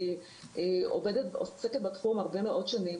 אני עוסקת בתחום הרבה מאוד שנים,